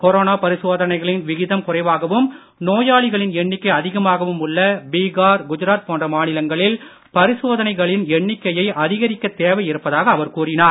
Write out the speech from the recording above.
corona பரிசோதனைகளின் விகிதம் குறைவாகவும் நோயாளிகளின் எண்ணிக்கை அதிகமாகவும் உள்ள பீகார் குஜராத் போன்ற மாநிலங்களில் பரிசோதனைகளின் எண்ணிக்கையை அதிகரிக்கத் தேவை இருப்பதாக அவர் கூறினார்